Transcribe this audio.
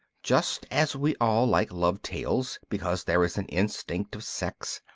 just as we all like love tales because there is an instinct of sex,